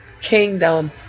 kingdom